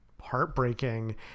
heartbreaking